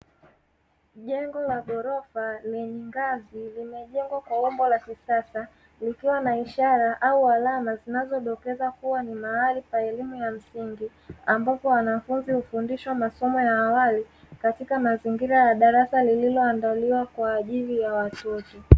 Jengo la ghorofa lenye ngazi, limejengwa kwa umbo la kisasa, likiwa na ishara au alama zinazodokeza kuwa ni mahali pa elimu ya msingi, ambapo wanafunzi hufundishwa masomo ya awali katika mazingira ya darasa lililoandaliwa kwa ajili ya watoto.